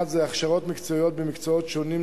אחד זה הכשרות מקצועיות במקצועות שונים,